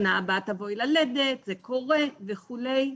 שנה הבאה תבואי ללדת וזה קורה.." וכולי.